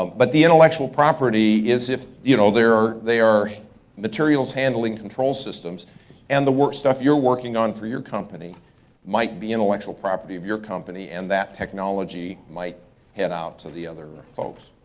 um but the intellectual property is if you know they are they are materials handling control systems and the work stuff you're working on for your company might be intellectual property of your company, and that technology might head out to the other folks.